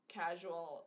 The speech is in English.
casual